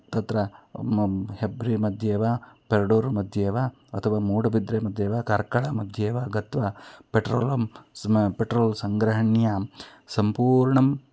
तत्र व्रीहिमध्ये वा पेर्डूर्मध्ये वा अथवा मूडबिद्रेमध्ये वा कर्कळमध्ये वा गत्वा पेट्रोलं स्म पेट्रोल् सङ्ग्रहणीयं सम्पूर्णम्